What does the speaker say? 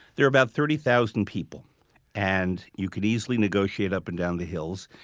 there are about thirty thousand people and you could easily negotiate up and down the hills.